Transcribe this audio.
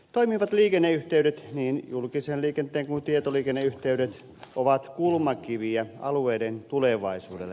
toimivat liikenneyhteydet niin julkisen liikenteen kuin tietoliikenteenkin ovat kulmakiviä alueiden tulevaisuudelle